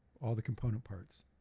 all the component parts.